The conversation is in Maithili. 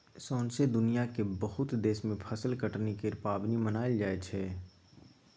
सौसें दुनियाँक बहुत देश मे फसल कटनी केर पाबनि मनाएल जाइ छै